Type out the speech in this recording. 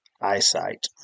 eyesight